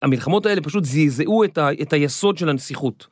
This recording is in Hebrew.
המלחמות האלה פשוט זיעזעו את היסוד של הנסיכות.